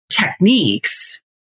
techniques